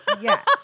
Yes